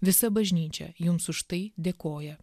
visa bažnyčia jums už tai dėkoja